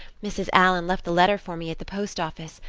mrs. allan left the letter for me at the post office.